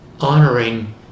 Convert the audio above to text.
honoring